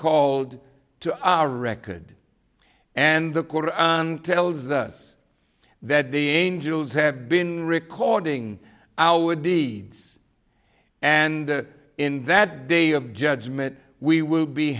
called to our record and the koran tells us that the angels have been recording our deeds and in that day of judgment we will be